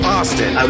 Austin